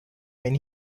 when